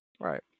Right